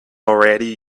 already